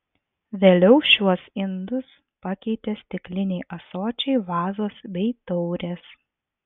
vėliau šiuos indus pakeitė stikliniai ąsočiai vazos bei taurės